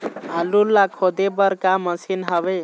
आलू ला खोदे बर का मशीन हावे?